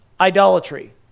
idolatry